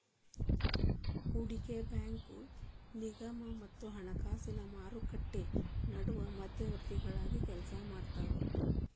ಹೂಡಕಿ ಬ್ಯಾಂಕು ನಿಗಮ ಮತ್ತ ಹಣಕಾಸಿನ್ ಮಾರುಕಟ್ಟಿ ನಡು ಮಧ್ಯವರ್ತಿಗಳಾಗಿ ಕೆಲ್ಸಾಮಾಡ್ತಾವ